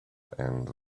and